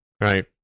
Right